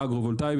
אגרו-וולטאי,